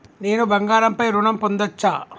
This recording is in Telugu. నేను బంగారం పై ఋణం పొందచ్చా?